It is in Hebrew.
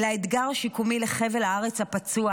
אל האתגר השיקומי לחבל הארץ הפצוע